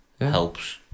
helps